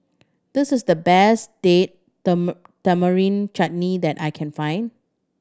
this is the best Date Tamarind Chutney that I can find